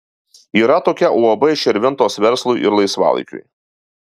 yra tokia uab širvintos verslui ir laisvalaikiui